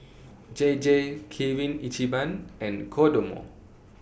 J J Kirin Ichiban and Kodomo